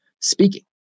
speaking